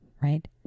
right